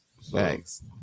Thanks